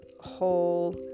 whole